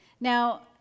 Now